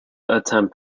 attempt